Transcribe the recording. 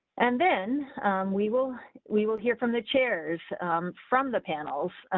and then we will, we will hear from the chairs from the panels,